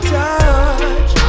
touch